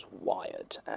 wired